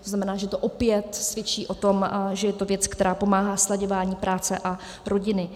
To znamená, že to opět svědčí o tom, že je to věc, která pomáhá slaďování práce a rodiny.